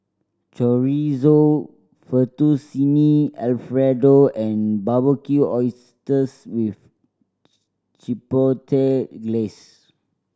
Chorizo Fettuccine Alfredo and Barbecued Oysters with Chipotle Glaze